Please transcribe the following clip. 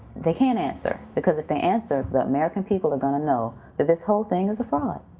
they can't answer, because if they answer, the american people are gonna know that this whole thing is a fraud.